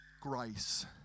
Grace